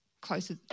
closer